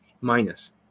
minus